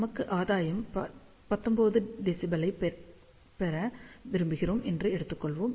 நமக்கு ஆதாயம் 19 dBi ஐப் பெற விரும்புகிறோம் என்று எடுத்துக் கொள்வோம்